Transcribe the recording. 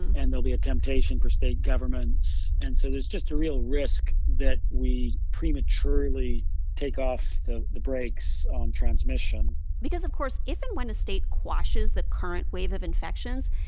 and there'll be a temptation for state governments. and so there's just a real risk that we prematurely take off the the brakes on transmission because, of course, if and when a state quashes the current wave of infections,